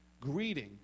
greeting